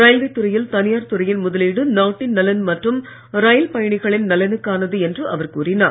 ரயில்வேதுறையில் தனியார் துறையின் முதலீடு நாட்டின் நலன் மற்றும் ரயில் பயணிகளின் நலனுக்கானது என்று அவர் கூறினார்